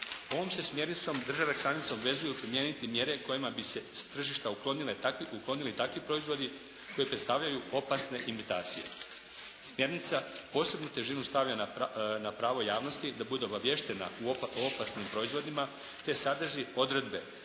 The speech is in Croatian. Ovom se smjernicom države članice obvezuju primijeniti mjere kojima bi se s tržišta uklonili takvi proizvodi koji predstavljaju opasne imitacije. Smjernica posebnu težinu stavlja na pravo javnosti da bude obaviještena o opasnim proizvodima te sadrži odredbe